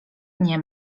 nie